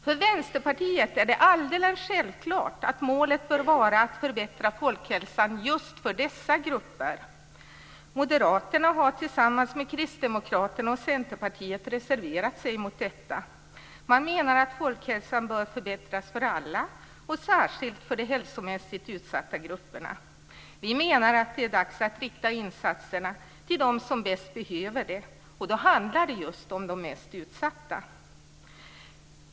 För Vänsterpartiet är det alldeles självklart att målet bör vara att förbättra folkhälsan för just dessa grupper. Moderaterna har tillsammans med Kristdemokraterna och Centerpartiet reserverat sig mot detta. Man menar att folkhälsan bör förbättras för alla och särskilt för de hälsomässigt utsatta grupperna. Vi menar att det är dags att rikta insatserna till dem som bäst behöver det, och då handlar det om de mest utsatta.